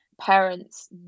Parents